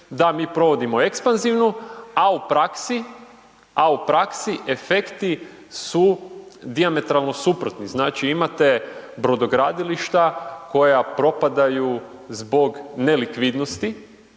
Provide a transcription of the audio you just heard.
da mi provodimo ekspanzivnu, a u praksi, efekti su dijametralno suprotni. Znači imate brodogradilišta koja propadaju zbog nelikvidnosti